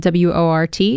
WORT